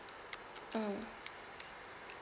mm